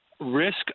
Risk